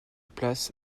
place